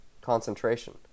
concentration